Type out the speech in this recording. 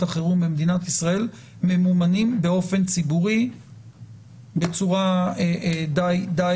החירום במדינה ישראל ממומנים באופן ציבורי בצורה די